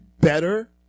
better